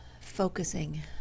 focusing